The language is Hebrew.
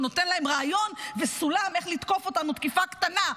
שהוא נותן להם רעיון וסולם איך לתקוף אותנו תקיפה קטנה.